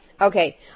Okay